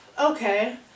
okay